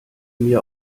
mir